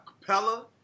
Capella